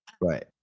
right